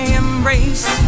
embrace